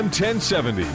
1070